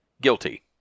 guilty